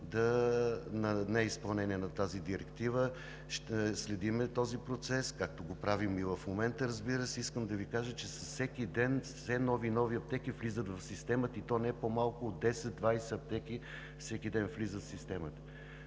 на неизпълнение на тази директива. Следим този процес, както го правим и в момента. Искам да Ви кажа, че с всеки ден все нови и нови аптеки влизат в системата, и то не по-малко от 10 – 20 аптеки всеки ден влизат в системата.